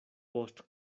post